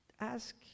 ask